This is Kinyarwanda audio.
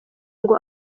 ngo